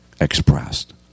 expressed